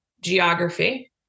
geography